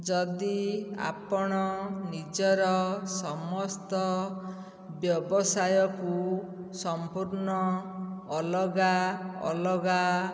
ଯଦି ଆପଣ ନିଜର ସମସ୍ତ ବ୍ୟବସାୟକୁ ସମ୍ପୂର୍ଣ୍ଣ ଅଲଗା ଅଲଗା